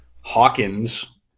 Hawkins